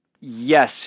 yes